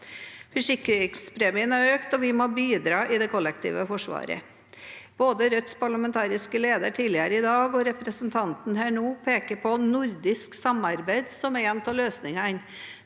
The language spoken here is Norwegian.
Forsikringspremien har økt, og vi må bidra i det kollektive forsvaret. Både Rødts parlamentariske leder, tidligere i dag, og representanten her nå peker på nordisk samarbeid som en av løsningene.